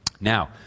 Now